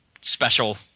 special